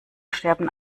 sterben